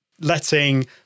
letting